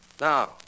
Now